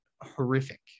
horrific